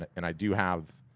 and i do have